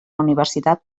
universitat